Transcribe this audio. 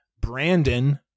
Brandon